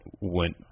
went